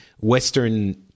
Western